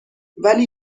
ولی